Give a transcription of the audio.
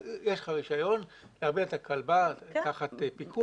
'יש לך רישיון, --- את הכלבה תחת פיקוח'.